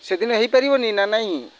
ସେଦିନ ହେଇ ପାରିବନି ନା ନାହିଁ